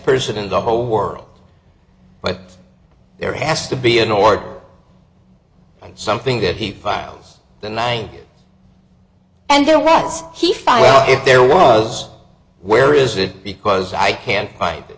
person in the whole world but there has to be an order something that he files the night and there was he filed if there was where is it because i can't